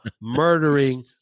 murdering